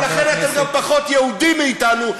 ולכן אתם גם פחות יהודים מאתנו,